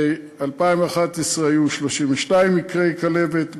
ב-2011 היו 32 מקרי כלבת,